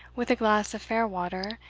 with a glass of fair water,